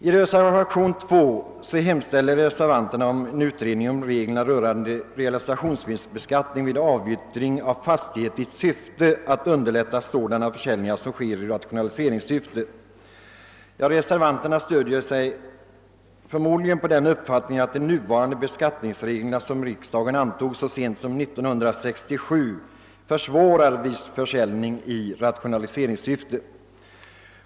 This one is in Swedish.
I reservationen 2 hemställs om en utredning av reglerna rörande realisationsvinstbeskattning vid avyttring av fastighet i syfte att underlätta sådana försäljningar som sker i rationaliseringssyfte. Reservanterna stöder sig förmodligen på uppfattningen att de nuvarande beskattningsreglerna, som riksdagen antog så sent som år 1967, försvårar viss försäljning i rationaliseringssyfte.